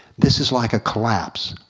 this is like a collapse.